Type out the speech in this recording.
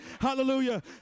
Hallelujah